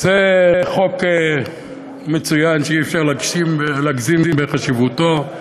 זה חוק מצוין שאי-אפשר להגזים בחשיבותו.